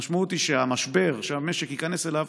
והמשמעות היא שהמשבר שהמשק ייכנס אליו